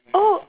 oh